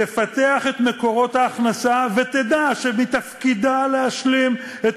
תפתח את מקורות ההכנסה ותדע שמתפקידה להשלים את